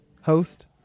host